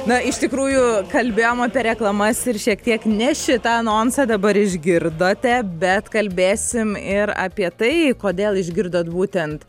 na iš tikrųjų kalbėjom apie reklamas ir šiek tiek ne šitą anonsą dabar išgirdote bet kalbėsim ir apie tai kodėl išgirdot būtent